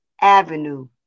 avenue